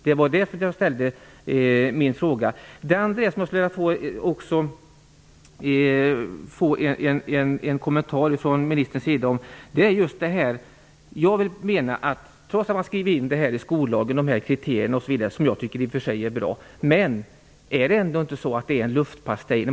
Det var den frågan jag ställde. Jag skulle också vilja få en kommentar från ministern till en annan sak. Trots att man har skrivit in dessa kriterier, som jag i och för sig tycker är bra, i skollagen undrar jag om de ändå inte är en luftpastej.